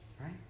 Right